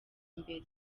imbere